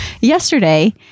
yesterday